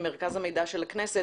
ממרכז המידע של הכנסת,